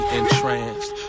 entranced